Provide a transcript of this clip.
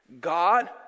God